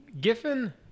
Giffen